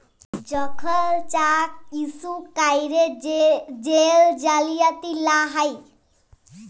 যখল cheque issue ক্যইরে jail জালিয়াতি লা হ্যয়